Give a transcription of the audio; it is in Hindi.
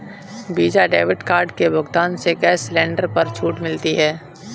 वीजा डेबिट कार्ड के भुगतान से गैस सिलेंडर पर छूट मिलती है